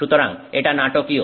সুতরাং এটা নাটকীয়